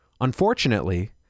Unfortunately